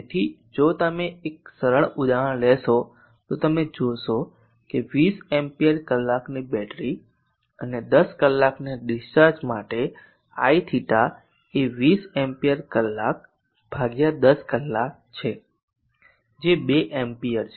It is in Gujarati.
તેથી જો તમે એક સરળ ઉદાહરણ લેશો તો તમે જોશો કે 20 એમ્પીયર કલાકની બેટરી અને 10 કલાકના ડીસ્ચાર્જ માટે IB એ 20 એમ્પીયર કલાક ભાગ્યા દસ કલાક છે જે 2 amps છે